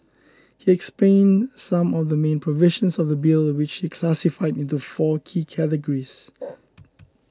he explained some of the main provisions of the Bill which he classified into four key categories